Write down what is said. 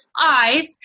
eyes